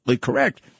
correct